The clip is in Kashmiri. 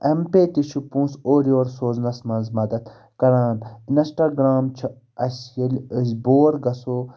اٮ۪م پے تہِ چھُ پونٛسہٕ اورٕ یورٕ سوزنَس منٛز مدتھ کران اِنسٹاگرٛام چھِ اَسہِ ییٚلہِ أسۍ بور گژھو